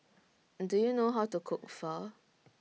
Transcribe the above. Do YOU know How to Cook Pho